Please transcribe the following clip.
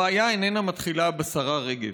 הבעיה איננה מתחילה בשרה רגב,